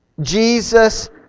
Jesus